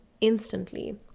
instantly